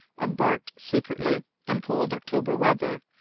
embarked secretly, in cold october weather,